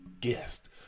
guest